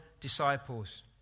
disciples